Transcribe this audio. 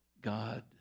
God